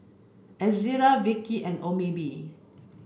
Ezerra Vichy and Obimin